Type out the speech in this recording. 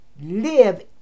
live